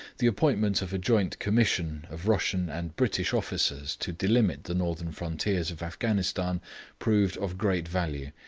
the appointment of a joint commission of russian and british officers to delimit the northern frontiers of afghanistan proved of great value,